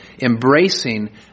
embracing